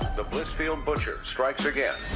the blitzfield butcher strikes again.